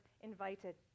invited